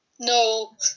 No